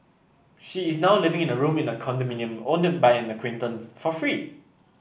she is now living in a room in a condominium owned by an acquaintance for free